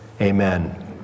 Amen